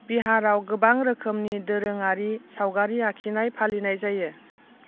बिहाराव गोबां रोखोमनि दोरोङारि सावगारि आखिनाय फालिनाय जायो